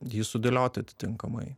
jį sudėlioti atitinkamai